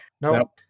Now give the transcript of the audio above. no